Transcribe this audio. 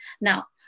Now